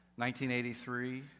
1983